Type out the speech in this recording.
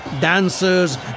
dancers